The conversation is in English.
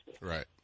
Right